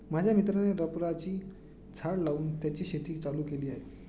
माझ्या मित्राने रबराची झाडं लावून त्याची शेती चालू केली आहे